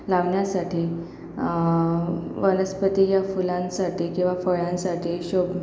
लावण्यासाठी वनस्पती या फुलांसाठी किंवा फळांसाठी शोब